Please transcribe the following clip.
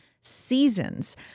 seasons